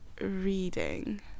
reading